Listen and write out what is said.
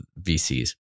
VCs